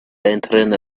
entering